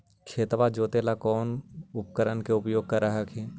खेतबा जोते ला कौन उपकरण के उपयोग कर हखिन?